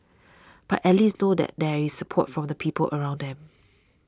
but at least know that there is support from the people around them